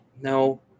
No